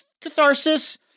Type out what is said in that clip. catharsis